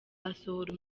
asohora